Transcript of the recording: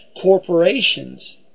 corporations